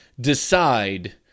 decide